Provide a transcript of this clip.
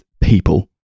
people